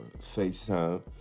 FaceTime